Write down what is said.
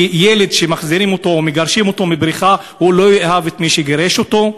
כי ילד שמחזירים אותו או מגרשים מהבריכה לא יאהב את מי שגירש אותו.